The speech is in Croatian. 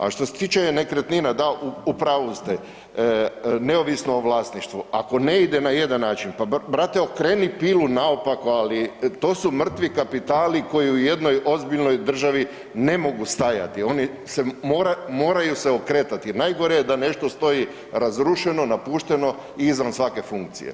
A što se tiče nekretnina, da, u pravu ste, neovisno o vlasništvu, ako ne ide na jedan način, pa brate okreni pilu naopako, ali to su mrtvi kapitali koji u jednoj ozbiljnoj državi ne mogu stajati, oni se moraju, moraju se okretati, najgore je da nešto stoji razrušeno, napušteno i izvan svake funkcije.